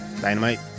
Dynamite